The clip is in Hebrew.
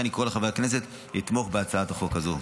אני קורא לחברי הכנסת לתמוך בהצעת החוק הזאת.